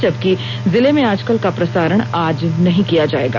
जबकि जिले में आजकल का प्रसारण आज नहीं किया जाएगा